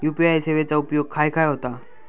UPI सेवेचा उपयोग खाय खाय होता?